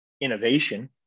innovation